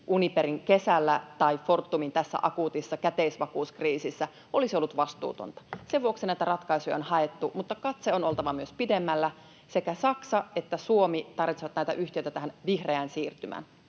Uniperin kesällä tai Fortumin tässä akuutissa käteisvakuuskriisissä — olisi ollut vastuutonta. Sen vuoksi näitä ratkaisuja on haettu, mutta katse on oltava myös pidemmällä. Sekä Saksa että Suomi tarvitsevat näitä yhtiöitä vihreään siirtymään.